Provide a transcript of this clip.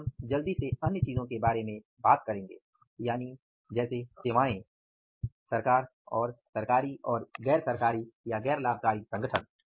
अब हम जल्दी से अन्य चीजों के बारे में बात करेंगे यानि जैसे सेवाएं सरकार और गैर लाभकारी संगठन